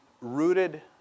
rooted